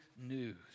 news